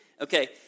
Okay